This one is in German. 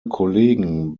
kollegen